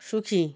সুখী